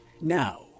Now